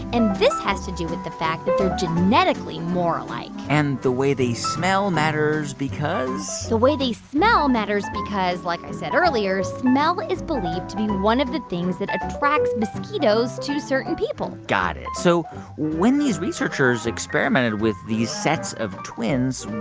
and this has to do with the fact that they're genetically more alike and the way the smell matters because. the way they smell matters because, like i said earlier, smell is believed to be one of the things that attracts mosquitoes to certain people got it. so when these researchers experimented with these sets of twins,